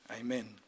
Amen